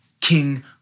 King